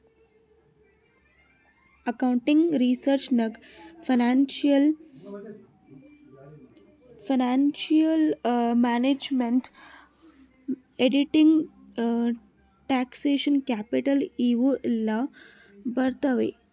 accounting research ನಾಗ್ financial management, auditing, taxation, capital ಇವು ಎಲ್ಲಾ ಬರ್ತಾವ್